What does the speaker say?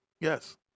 Yes